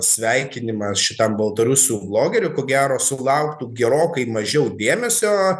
sveikinimas šitam baltarusių vlogeriui ko gero sulauktų gerokai mažiau dėmesio